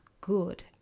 good